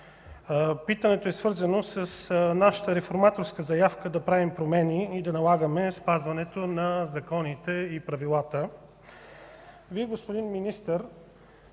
Питането е свързано с нашата реформаторска заявка да правим промени и да налагане спазването на законите и правилата. Вие, господин Министър,